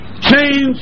Change